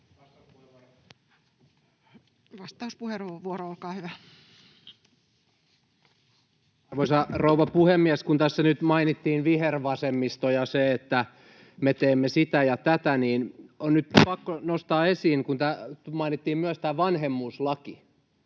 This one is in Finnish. Content: Arvoisa rouva puhemies! Kun tässä nyt mainittiin vihervasemmisto ja se, että me teemme sitä ja tätä, niin on nyt pakko nostaa esiin, kun mainittiin myös tämä vanhemmuuslaki,